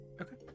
Okay